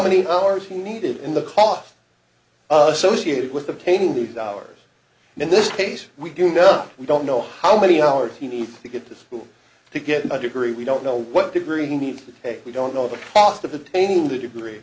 many hours he needed in the cough associated with obtaining the hours in this case we do know up we don't know how many hours he needs to get to school to get my degree we don't know what degree he needs to pay we don't know the cost of attaining the degree